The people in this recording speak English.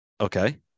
Okay